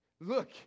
look